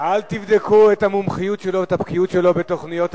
אל תבדקו את המומחיות שלו ואת הבקיאות שלו בתוכניות טלוויזיה.